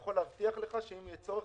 יכול להבטיח לך שאם יהיה צורך,